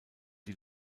die